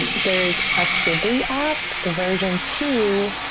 and there's a sibley app, version two,